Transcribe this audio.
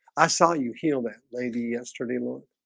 i saw you heal that lady yesterday lord.